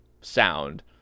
sound